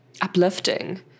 uplifting